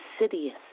insidious